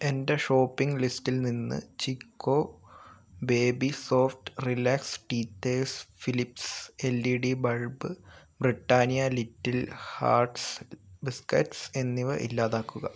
എന്റെ ഷോപ്പിങ് ലിസ്റ്റിൽ നിന്ന് Chicco baby soft relax teethers Philips L E D bulb Britannia little hearts biscuits എന്നിവ ഇല്ലാതാക്കുക